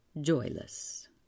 joyless